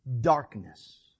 darkness